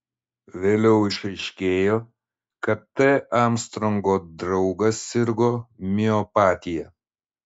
vėliau išaiškėjo kad t armstrongo draugas sirgo miopatija